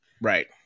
Right